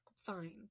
fine